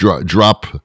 drop